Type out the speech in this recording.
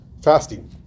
fasting